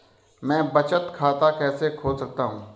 मैं बचत खाता कैसे खोल सकता हूँ?